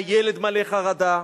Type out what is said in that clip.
הילד מלא חרדה,